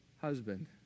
husband